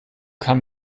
kann